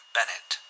Bennett